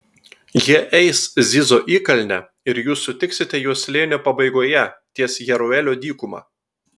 jie eis zizo įkalne ir jūs sutiksite juos slėnio pabaigoje ties jeruelio dykuma